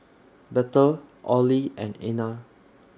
Bethel Ollie and Ena